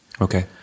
Okay